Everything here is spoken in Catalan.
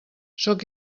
sóc